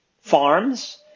farms